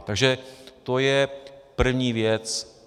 Takže to je první věc.